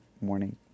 morning